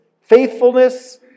faithfulness